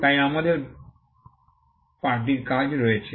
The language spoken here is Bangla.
তাই আমাদেরও পার্টির কাজ রয়েছে